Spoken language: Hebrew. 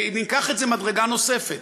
וניקח את זה מדרגה נוספת: